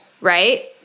right